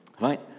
right